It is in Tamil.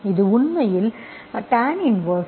இது உண்மையில் tan inverse V log xC